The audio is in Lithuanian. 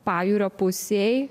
pajūrio pusėj